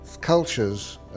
cultures